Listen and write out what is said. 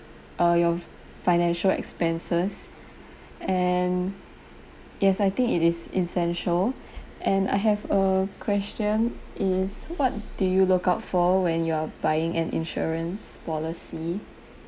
err your financial expenses and yes I think it is essential and I have a question is what do you look out for when you're buying an insurance policy